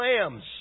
lambs